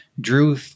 Drew